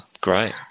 Great